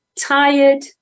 tired